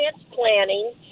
transplanting